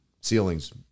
ceilings